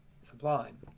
sublime